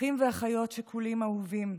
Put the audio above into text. אחים ואחיות שכולים אהובים,